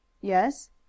Yes